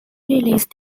released